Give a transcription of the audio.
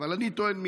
אני טוען,